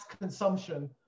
consumption